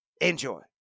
Enjoy